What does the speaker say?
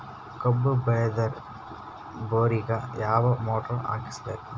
ಕಬ್ಬು ಬೇಳದರ್ ಬೋರಿಗ ಯಾವ ಮೋಟ್ರ ಹಾಕಿಸಬೇಕು?